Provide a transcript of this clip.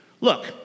Look